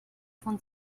von